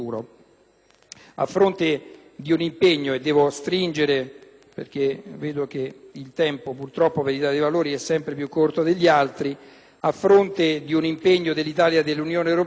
A fronte di un impegno dell'Italia e dell'Unione europea,